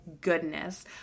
goodness